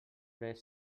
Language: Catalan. prest